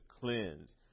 cleanse